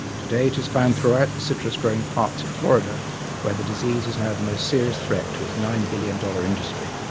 today it is found throughout the citrus-growing parts of florida where the disease is now the most serious threat to its nine billion dollars industry.